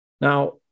Now